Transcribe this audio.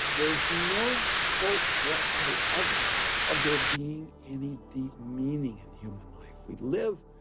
there's no hope whatsoever of there being any deep meaning in human life. we live,